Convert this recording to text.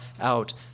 out